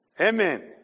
Amen